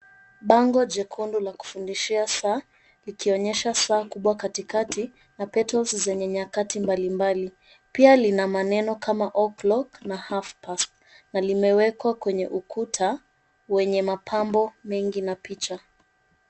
Bango jekundu la kufundishia saa likionyesha saa kubwa katikati na petals zenye nyakati mbalimbali. Pia lina maneno kama o'clock na halfpast na limewekwa kwenye ukuta wenye mapambo mengi na picha.